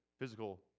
physical